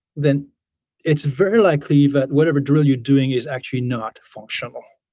then it's very likely that whatever drill you're doing is actually not functional.